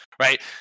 right